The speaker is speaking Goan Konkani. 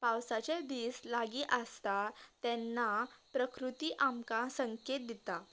पावसाचे दिस लागीं आसता तेन्ना प्रकृती आमकां संकेत दिता